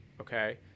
okay